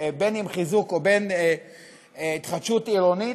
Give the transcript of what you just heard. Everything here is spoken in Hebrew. בין של חיזוק ובין של התחדשות עירונית.